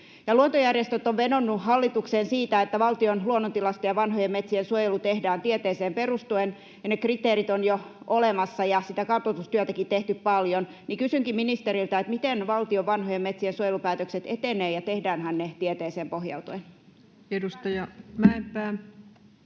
Luontojärjestöt ovat vedonneet hallitukseen siitä, että valtion luonnontilaisten ja vanhojen metsien suojelu tehdään tieteeseen perustuen, ne kriteerit ovat jo olemassa ja sitä kartoitustyötäkin tehty paljon. Kysynkin ministeriltä: miten valtion vanhojen metsien suojelupäätökset etenevät, ja tehdäänhän ne tieteeseen pohjautuen? [Vasemmalta: